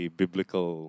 biblical